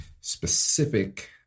specific